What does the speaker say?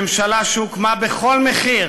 ממשלה שהוקמה בכל מחיר